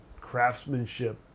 craftsmanship